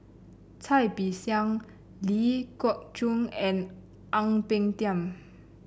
Cai Bixia Ling Geok Choon and Ang Peng Tiam